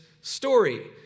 story